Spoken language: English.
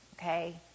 okay